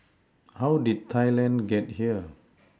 how did Thailand get here